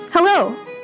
Hello